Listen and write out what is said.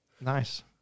Nice